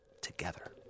together